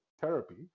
therapy